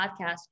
podcast